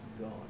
God